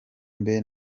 mbe